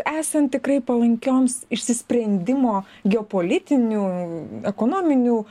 esant tikrai palankioms išsisprendimo geopolitinių ekonominių